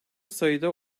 sayıda